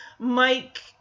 Mike